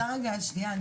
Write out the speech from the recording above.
אני רוצה רגע, שנייה.